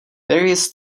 various